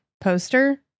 poster